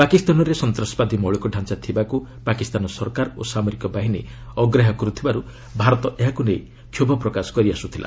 ପାକିସ୍ତାନରେ ସନ୍ତାସବାଦୀ ମୌଳିକତାଞ୍ଚା ଥିବାକୁ ପାକିସ୍ତାନ ସରକାର ଓ ସାମରିକ ବାହିନୀ ଅଗ୍ରାହ୍ୟ କରୁଥିବାରୁ ଭାରତ ଏହାକୁ ନେଇ କ୍ଷୋଭ ପ୍ରକାଶ କରିଆସୁଥିଲା